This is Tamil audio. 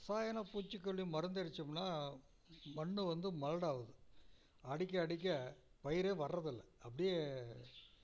ரசாயன பூச்சுக்கொல்லி மருந்தடிச்சோம்ன்னா மண்ணு வந்து மறடாகவும் அடிக்க அடிக்க பயிரே வர்றதில்லை அப்படியே